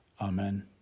Amen